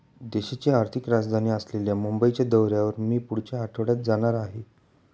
देशाची आर्थिक राजधानी असलेल्या मुंबईच्या दौऱ्यावर मी पुढच्या आठवड्यात जाणार आहे